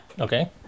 Okay